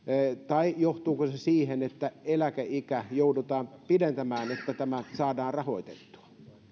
vai johtaako se se siihen että eläkeikää joudutaan myöhentämään että tämä saadaan rahoitettua